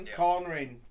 cornering